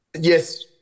Yes